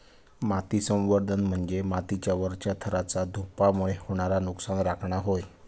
माती संवर्धन म्हणजे मातीच्या वरच्या थराचा धूपामुळे होणारा नुकसान रोखणा होय